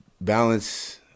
balance